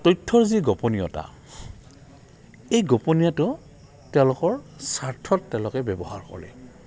তথ্যৰ যি গোপনীয়তা এই গোপনীয়টো তেওঁলোকৰ স্বাৰ্থত তেওঁলোকে ব্যৱহাৰ কৰে